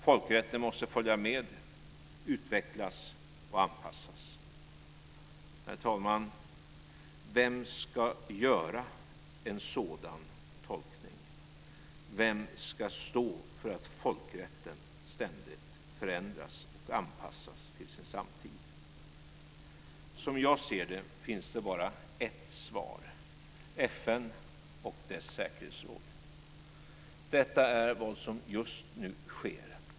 Folkrätten måste följa med, utvecklas och anpassas. Herr talman! Vem ska göra en sådan tolkning? Vem ska stå för att folkrätten ständigt förändras och anpassas till sin samtid? Som jag ser det finns det bara ett svar: FN och dess säkerhetsråd. Detta är vad som just nu sker.